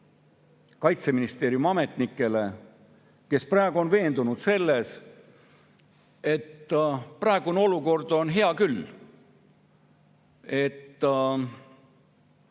Kaitseministeeriumi ametnikele, kes praegu on veendunud selles, et praegune olukord on hea küll.